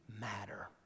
matter